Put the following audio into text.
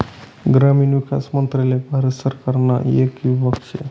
ग्रामीण विकास मंत्रालय भारत सरकारना येक विभाग शे